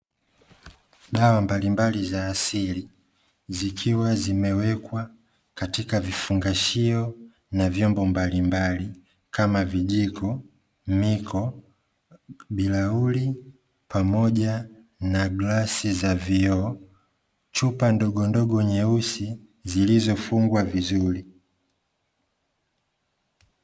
Dawa mbalimbali za asili zikiwa zimewekwa katika vifungashio na vyombo mbalimbali kama: vijiko, miko, birauli pamoja na glasi za vioo, chupa ndogo ndogo nyeusi zilizofungwa vizuri.